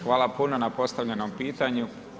Hvala puno na postavljenom pitanju.